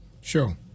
Sure